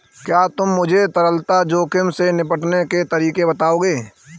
क्या तुम मुझे तरलता जोखिम से निपटने के तरीके बताओगे?